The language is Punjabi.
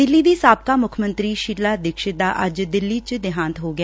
ਦਿੱਲੀ ਦੀ ਸਾਬਕਾ ਮੁੱਖ ਮੰਤਰੀ ਸ਼ੀਲਾ ਦੀਕਸ਼ਤ ਦਾ ਅੱਜ ਦਿੱਲੀ ਚ ਦੇਹਾਂਤ ਹੋ ਗਿਆ